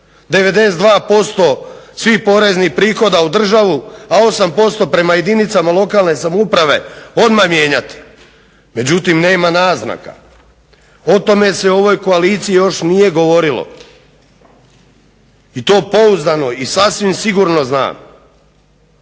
92% svih poreznih prihoda u državu, a 8% prema jedinicama lokalne samouprave odmah mijenjati. Međutim, nema naznaka. O tome se u ovoj koaliciji još nije govorilo i to pouzdano i sasvim sigurno znam.